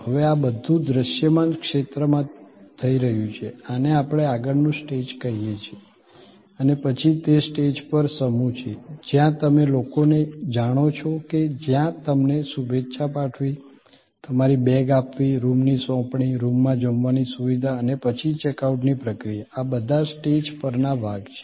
હવે આ બધું દૃશ્યમાન ક્ષેત્રમાં થઈ રહ્યું છે આને આપણે આગળનું સ્ટેજ કહીએ છીએ અને પછી તે સ્ટેજ પર સમૂહ છે જ્યાં તમે લોકોને જાણો છો કે જ્યાં તમને શુભેચ્છા પાઠવી તમારી બેગ આપવી રૂમ ની સોપણી રૂમ માં જમવાની સુવિધા અને પછી ચેક આઉટ ની પ્રક્રિયા આ બધા સ્ટેજ પર ના ભાગ છે